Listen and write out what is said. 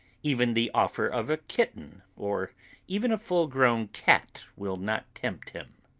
even the offer of a kitten or even a full-grown cat will not tempt him.